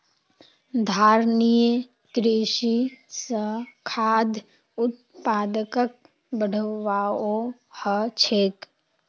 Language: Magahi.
धारणिये कृषि स खाद्य उत्पादकक बढ़ववाओ ह छेक